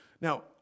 Now